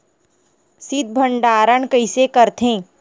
शीत भंडारण कइसे करथे?